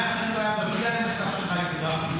מחנה, לא היה מגיע למצב של חיים מזרחי.